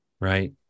right